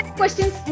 questions